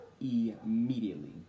immediately